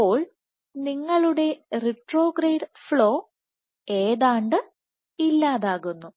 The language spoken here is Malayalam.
അപ്പോൾ നിങ്ങളുടെ റിട്രോഗ്രേഡ് ഫ്ലോ ഏതാണ്ട് ഇല്ലാതാകുന്നു